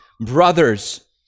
Brothers